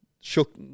shook